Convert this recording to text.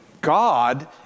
God